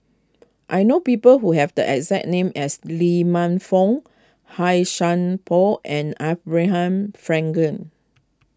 I know people who have the exact name as Lee Man Fong Hai shan Por and Abraham Frankel